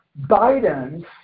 Biden's